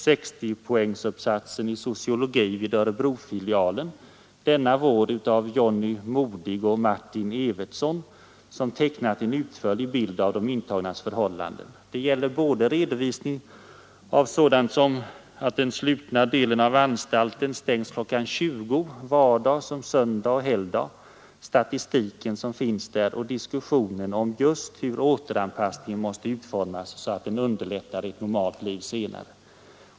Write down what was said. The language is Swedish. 60-poängsuppsatsen i sociologi vid Örebrofilialen denna vår Kvinnliga brottslingar av Johnny Modigh och Martin Evertsson, tecknar en utförlig bild av de intagnas förhållanden. Det gäller både redovisningar såsom att den slutna delen av anstalten stängs kl. 20 vardag som söndag och helgdag, den statistik som presenteras och diskussionen om just hur återanpassningen måste utformas så att den underlättar ett normalt liv senare.